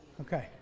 Okay